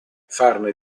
farne